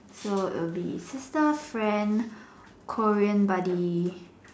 so it will be sister friend Korean buddy